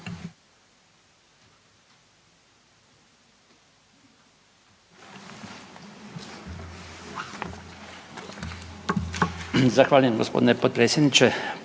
Zahvaljujem gospodine potpredsjedniče.